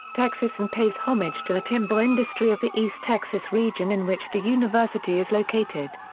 texas and pays homage to the timber industry of the east texas region in which the university is located.